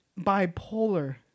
Bipolar